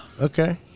Okay